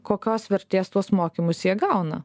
kokios vertės tuos mokymus jie gauna